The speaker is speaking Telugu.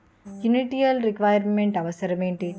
ఇనిటియల్ రిక్వైర్ మెంట్ అవసరం ఎంటి?